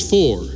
Four